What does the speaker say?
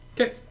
Okay